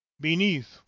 BENEATH